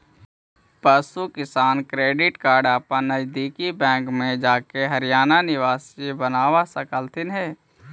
पशु किसान credit card अपन नजदीकी बैंक में जाके हरियाणा निवासी बनवा सकलथीन हे